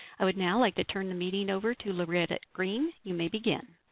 i would now like to turn the meeting over to loretta greene. you may begin.